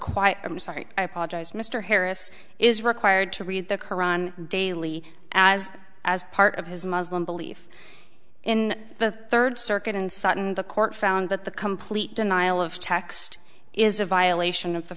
required i'm sorry i apologize mr harris is required to read the koran daily as as part of his muslim belief in the third circuit in sutton the court found that the complete denial of text is a violation of the